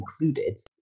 included